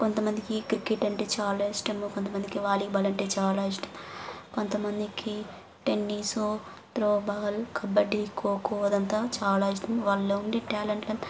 కొంతమందికి క్రికెట్ అంటే చాలా ఇష్టం కొంతమందికి వాలీబాల్ అంటే చాలా ఇష్టం కొంతమందికి టెన్నిసో త్రో బాల్ కబడ్డీ కోకో అదంతా చాలా ఇష్టం వాళ్ళల్లో ఉండే ట్యాలెంట్ అంతా